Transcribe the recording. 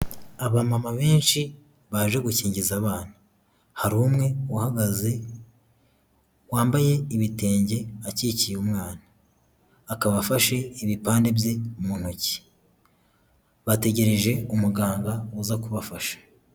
Abamama benshi baje gukingiza abana, hari umwe uhagaze wambaye ibitenge, akikiye umwana, akaba afashe ibipande bye mu ntoki, bategereje umuganga uza kubafasha.